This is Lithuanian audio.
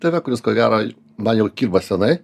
tave kuris ko gero man jau kirba senai